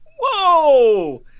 whoa